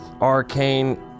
arcane